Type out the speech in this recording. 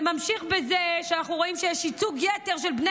זה ממשיך בזה שאנחנו רואים שיש ייצוג יתר של בני